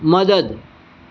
મદદ